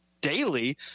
daily